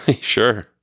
Sure